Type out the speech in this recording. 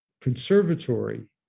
conservatory